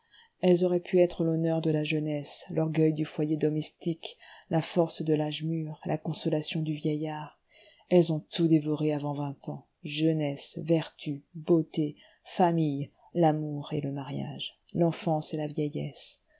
elles auraient pu être l'honneur de la jeunesse l'orgueil du foyer domestique la force de l'âge mûr la consolation du vieillard elles ont tout dévoré avant vingt ans jeunesse vertus beauté famille l'amour et le mariage l'enfance et la vieillesse